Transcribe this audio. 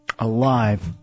Alive